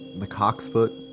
the cock's foot,